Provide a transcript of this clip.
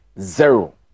zero